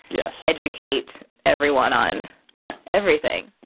yeah so educate everyone on yeah everything